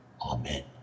Amen